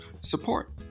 support